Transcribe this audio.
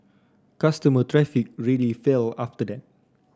customer traffic really fell after that